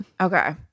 Okay